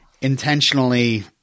intentionally